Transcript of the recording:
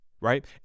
Right